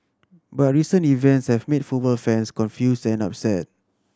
but recent events have made football fans confused and upset